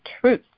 truth